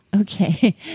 Okay